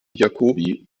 jacobi